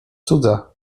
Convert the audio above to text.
cudza